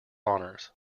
honours